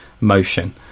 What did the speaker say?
motion